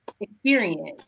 experience